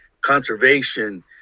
conservation